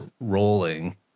rolling